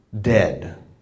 dead